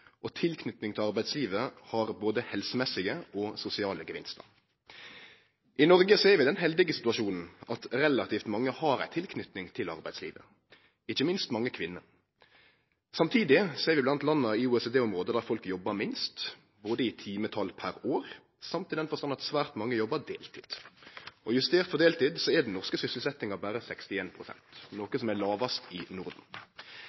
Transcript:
og tilknyting til arbeidslivet har både helsemessige og sosiale gevinstar. I Noreg er vi i den heldige situasjonen at relativt mange har ei tilknyting til arbeidslivet – ikkje minst mange kvinner. Samtidig er vi blant landa i OECD-området der folk jobbar minst, både i timetal per år og i den forstand at svært mange jobbar deltid. Justert for deltid er den norske sysselsetjinga berre på 61 pst., noko som er lågast i Norden.